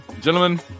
gentlemen